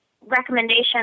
recommendation